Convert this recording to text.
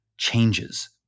changes